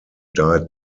died